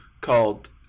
called